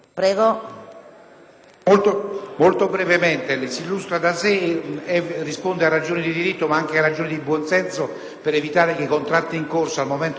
l'emendamento 4.200 si illustra da sé. Esso risponde a ragioni di diritto, ma anche di buon senso, per evitare che i contratti in corso al momento della costituzione della società